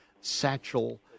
Satchel